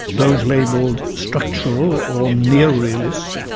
those labelled structural or neo-realists,